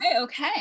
okay